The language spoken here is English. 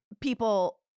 People